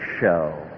show